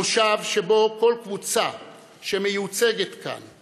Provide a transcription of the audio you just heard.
מושב שבו לכל קבוצה שמיוצגת כאן,